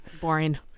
Boring